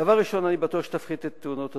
דבר ראשון, אני בטוח שתפחית את תאונות הדרכים,